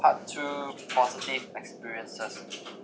part two positive experiences